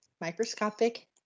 microscopic